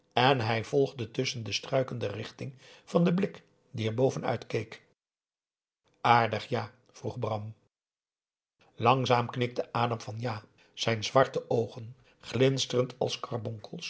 en hij volgde tusschen de struiken de richting van den blik die er bovenuit keek aardig ja vroeg bram langzaam knikte adam van ja zijn zwarte oogen glinsterend als